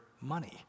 money